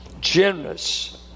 generous